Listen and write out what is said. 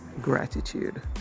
gratitude